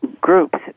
groups